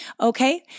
Okay